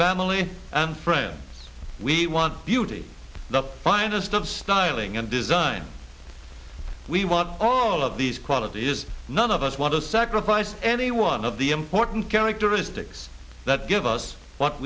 family and friends we want beauty the finest of styling and design we want all of these qualities none of us want to sacrifice any one of the important characteristics that give us what